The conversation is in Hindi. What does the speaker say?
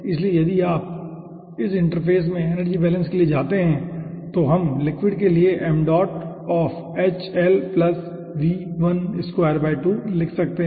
इसलिए यदि आप इस इंटरफ़ेस में एनर्जी बैलेंस के लिए जाते हैं तो हम लिक्विड के लिए लिख सकते हैं